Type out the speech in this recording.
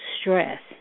stress